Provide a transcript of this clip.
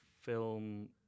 film